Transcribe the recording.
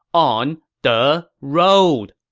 on, the, road!